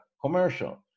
commercial